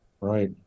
right